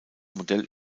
modell